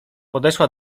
podeszła